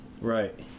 Right